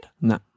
No